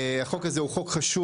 החוק הזה הוא חוק חשוב,